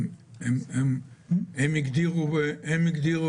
היא שבתקופת שנת הלימודים תנועות נוער,